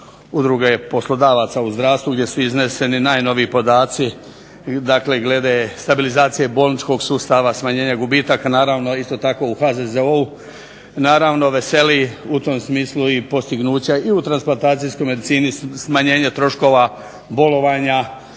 udruge poslodavaca u zdravstvu gdje su izneseni najnoviji podaci glede stabilizacije bolničkog sustava, smanjenja gubitaka, naravno isto tako u HZZO-u. Naravno, veseli u tom smislu i postignuća i u transplantacijskom …/Govornik se ne razumije./… smanjenje troškova bolovanja